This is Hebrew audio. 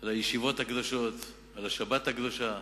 על הישיבות הקדושות, על השבת הקדושה.